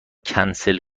کنسل